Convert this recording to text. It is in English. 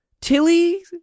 Tilly